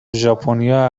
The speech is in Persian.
ژاپنیا